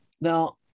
Now